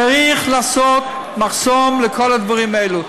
צריך לעשות מחסום לכל הדברים האלה.